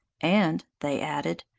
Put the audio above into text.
and, they added,